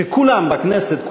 שכולם בכנסת,